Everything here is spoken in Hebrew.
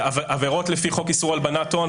עבירות לפי חוק איסור הלבנת הון.